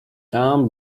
tam